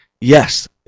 Yes